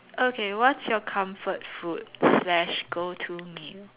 okay what's your comfort food slash go to meal